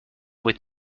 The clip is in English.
with